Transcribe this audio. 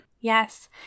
Yes